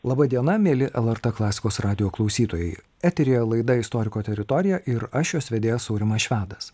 laba diena mieli lrt klasikos radijo klausytojai eteryje laida istoriko teritorija ir aš jos vedėjas aurimas švedas